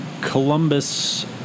Columbus